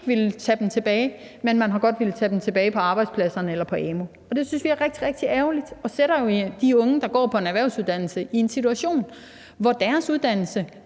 komme tilbage, hvorimod man godt har villet lade folk komme tilbage på arbejdspladserne eller på amu. Det synes vi er rigtig, rigtig ærgerligt, og det sætter jo de unge, der går på en erhvervsuddannelse, i en situation, hvor deres uddannelse